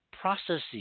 processes